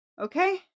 Okay